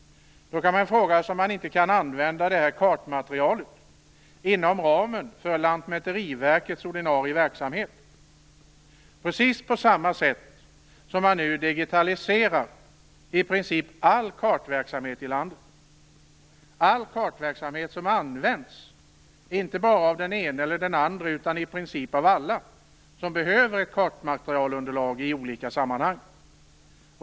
Kan man inte använda det här kartmaterialet inom ramen för Lantmäteriverkets ordinarie verksamhet, precis på samma sätt som man nu digitaliserar i princip all kartverksamhet i landet? Det gäller alla kartor som används, inte bara av den ene eller den andre, utan i princip av alla som behöver ett kartmaterialunderlag i olika sammanhang.